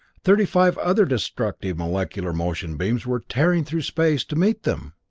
thirty-five other destructive molecular motion beams were tearing through space to meet them!